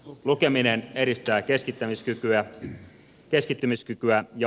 lukeminen edistää keskittymiskykyä ja oppimista